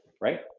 right